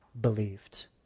believed